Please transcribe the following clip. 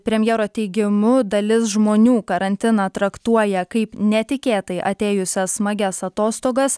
premjero teigimu dalis žmonių karantiną traktuoja kaip netikėtai atėjusias smagias atostogas